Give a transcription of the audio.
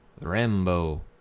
Rambo